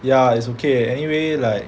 ya it's okay anyway like